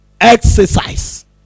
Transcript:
Exercise